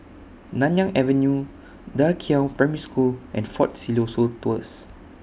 Nanyang Avenue DA Qiao Primary School and Fort Siloso Tours